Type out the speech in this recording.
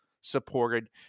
supported